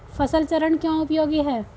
फसल चरण क्यों उपयोगी है?